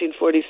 1947